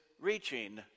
reaching